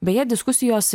beje diskusijos